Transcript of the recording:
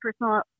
personal